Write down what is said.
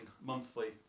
monthly